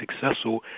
successful